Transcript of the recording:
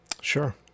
Sure